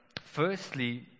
firstly